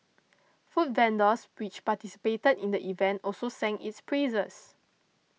food vendors which participated in the event also sang its praises